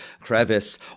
crevice